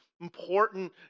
important